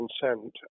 consent